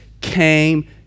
came